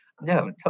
no